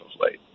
late